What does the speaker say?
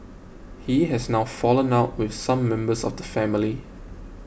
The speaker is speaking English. he has now fallen out with some members of the family